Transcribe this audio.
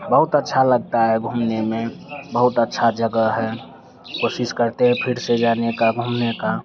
बहुत अच्छा लगता है घूमने में बहुत अच्छी जगह है कोशिश करते है फिर से जाने की घूमने की